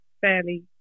fairly